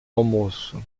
almoço